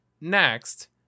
next